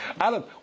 Alan